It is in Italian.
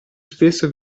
spesso